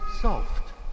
soft